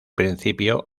principio